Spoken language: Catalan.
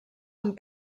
amb